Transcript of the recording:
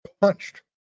punched